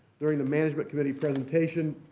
during the management committee presentation,